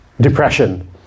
depression